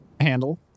Handle